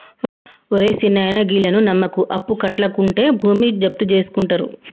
ఒరే సిన్నాయనా, గీళ్లను నమ్మకు, అప్పుకట్లకుంటే భూమి జప్తుజేసుకుంటరు